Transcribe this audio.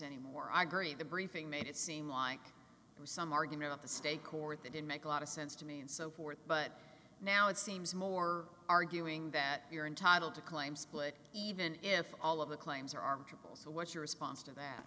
any more i agree the briefing made it seem like it was some argument of the state court they did make a lot of sense to me and so forth but now it seems more arguing that you're entitled to claim split even if all of the claims are magickal so what's your response to that